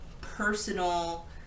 personal